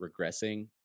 regressing